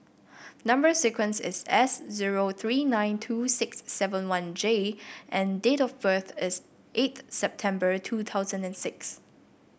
number sequence is S zero three nine two six seven one J and date of birth is eighth September two thousand and six